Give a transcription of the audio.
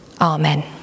Amen